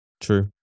True